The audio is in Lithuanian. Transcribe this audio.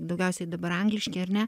daugiausiai dabar angliški ar ne